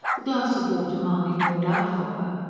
the glass of water mahony poured out for her.